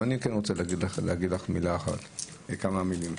אבל אני רוצה להגיד לך כמה מילים: